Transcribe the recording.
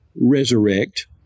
resurrect